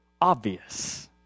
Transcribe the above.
obvious